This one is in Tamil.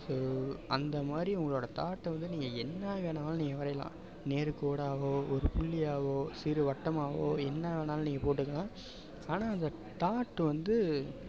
ஸோ அந்த மாதிரி உங்களோடய தாட்டை வந்து நீங்கள் என்ன வேணுனாலும் நீங்கள் வரையலாம் நேர் கோடாகவோ ஒரு புள்ளியாகவோ சிறு வட்டமாகவோ என்ன வேணுனாலும் நீங்கள் போட்டுக்கலாம் ஆனால் அந்த தாட் வந்து